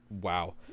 Wow